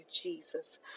Jesus